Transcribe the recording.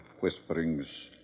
whisperings